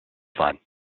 fun